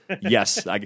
yes